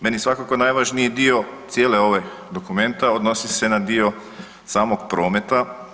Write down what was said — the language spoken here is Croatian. Meni je svakako najvažniji dio cijele ove dokumenta odnosi se na dio samog prometa.